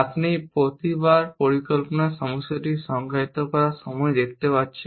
আপনি প্রতিবার পরিকল্পনার সমস্যাটি সংজ্ঞায়িত করার সময় দেখতে পাচ্ছেন